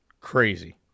Crazy